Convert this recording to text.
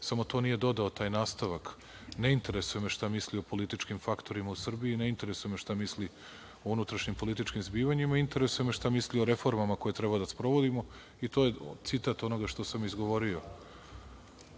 samo nije dodao taj nastavak. Ne interesuje me šta misli o političkim faktorima u Srbiji, ne interesuje me šta misli o unutrašnjim političkim zbivanjima, interesuje me šta misli o reformama koje treba da sprovodimo. To je citat onoga što sam izgovorio.